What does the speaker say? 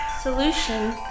Solution